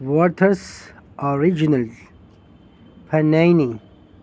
waters original funny